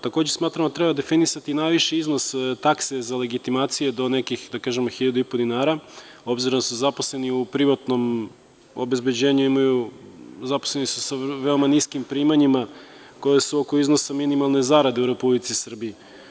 Takođe, smatramo da trebamo definisati najviši iznos takse za legitimacije do nekih, da kažem, 1.500 dinara, s obzirom da su zaposleni u privatnom obezbeđenju sa veoma niskim primanjima, koja su oko iznosa minimalne zarade u Republici Srbiji.